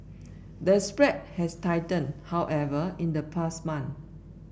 the spread has tightened however in the past month